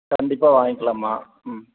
கண்டிப்பாக வாங்கிக்கிலாமா ம்